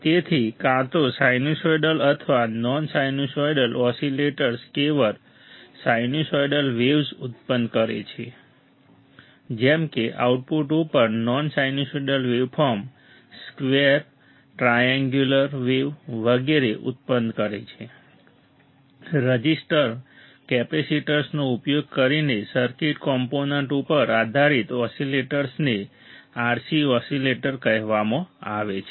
તેથી કાં તો સાઇનુસોઇડલ અથવા નોન સાઇનુસોઇડલ ઓસિલેટર્સ કેવળ સાઇનુસોઇડલ વેવ્ઝ ઉત્પન્ન કરે છે જેમ કે આઉટપુટ ઉપર non sinusoidal waveform square triangular wave વગેરે ઉત્પન્ન કરે છે રઝિસ્ટર કેપેસિટર્સનો ઉપયોગ કરીને સર્કિટ કોમ્પોનેન્ટ ઉપર આધારિત ઓસિલેટર્સને RC ઓસિલેટર કહેવામાં આવે છે